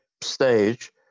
stage